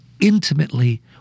intimately